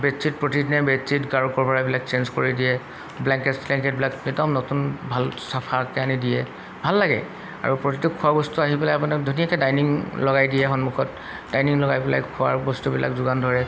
bedsheet প্ৰতিদিনে bedsheet গাৰু ক'ভাৰবিলাক change কৰি দিয়ে ব্লেংকেট স্লেংকেটবিলাক একদম নতুন ভাল চাফাকৈ আনি দিয়ে ভাল লাগে আৰু প্ৰতিটো খোৱা বস্তু আহি পেলাই আপোনাক ধুনীয়াকৈ ডাইনিং লগাই দিয়ে সন্মুখত ডাইনিং লগাই পেলাই খোৱাৰ বস্তুবিলাক যোগান ধৰে